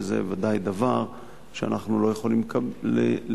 וזה בוודאי דבר שאנחנו לא יכולים לקבל,